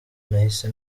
nahise